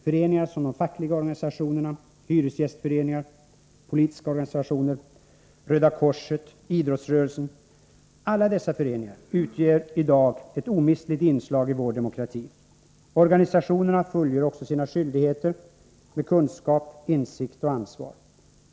Föreningar som de fackliga organisationerna, hyresgästföreningar, politiska organisationer, Röda korset och idrottsrörelsen — alla dessa föreningar utgör i dag ett omistligt inslag i vår demokrati. Organisationerna fullgör också sina uppgifter med kunskap och ansvar.